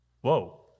Whoa